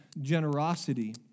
generosity